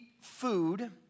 food